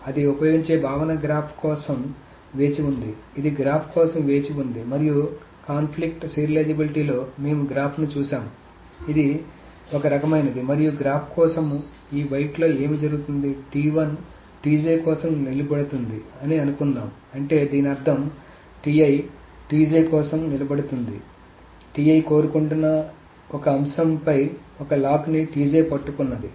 అది ఉపయోగించే భావన గ్రాఫ్ కోసం వేచి ఉంది ఇది గ్రాఫ్ కోసం వేచి ఉంది మరియు కాన్ఫ్లిక్ట్ సీరియలైజేబిలిటీలో మేము గ్రాఫ్ను చూశాము ఇది ఒక రకమైనది మరియు గ్రాఫ్ కోసం ఈ వెయిట్లో ఏమి జరుగుతుంది కోసం నిలబడుతుంది అని అనుకుందాం అంటే దీని అర్థం కోసం నిలబడుతుంది కోరుకుంటున ఒక అంశంపై ఒక లాక్ ని పట్టుకున్నది